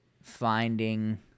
finding